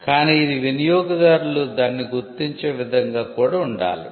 కాని ఇది వినియోగదారులు దానిని గుర్తించే విధంగా కూడా ఉండాలి